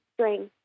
strength